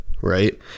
right